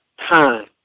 time